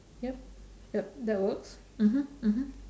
yup yup that works mmhmm mmhmm